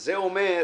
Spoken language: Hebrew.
זה נושא